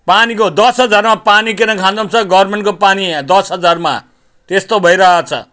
पानीको दस हजारमा पानी किनेर खानु पनि पर्छ गभर्मेन्टको पानी यहाँ दस हजारमा त्यस्तो भइरहेको छ